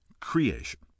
creation